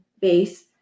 base